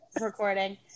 recording